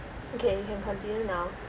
okay can continue now